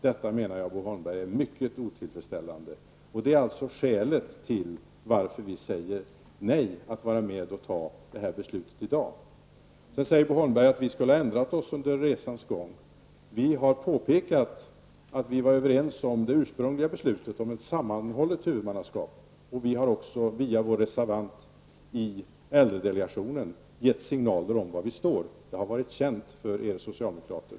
Detta menar jag är mycket otillfredsställande, Bo Holmberg. Det är skälet till att vi säger nej till att vara med och fatta det här beslutet i dag. Bo Holmberg sade att vi skulle ha ändrat oss under resans gång. Vi har påpekat att vi var överens om det ursprungliga beslutet, om ett sammanhållet huvudmannaskap, och vi har också via vår reservant i äldredelegationen givit signaler om var vi står -- det har varit känt för er socialdemokrater.